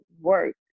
work